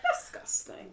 disgusting